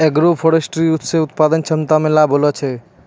agroforestry से उत्पादन क्षमता मे लाभ होलो छै